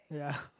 ya